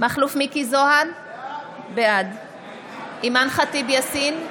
מכלוף מיקי זוהר, בעד אימאן ח'טיב יאסין,